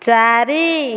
ଚାରି